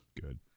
Good